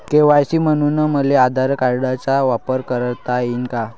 KYC म्हनून मले आधार कार्डाचा वापर करता येईन का?